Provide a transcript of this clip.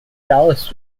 dallas